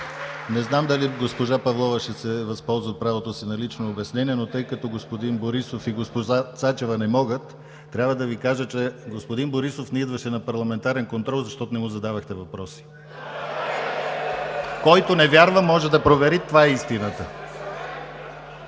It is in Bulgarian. Не знам дали госпожа Павлова ще се възползва от правото си на лично обяснение, но тъй като господин Борисов и госпожа Цачева не могат, трябва да Ви кажа, че господин Борисов не идваше на парламентарен контрол, защото не му задавахте въпроси. (Силен шум и реплики от